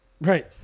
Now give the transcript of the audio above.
Right